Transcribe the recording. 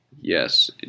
yes